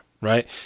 Right